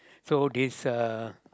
so this uh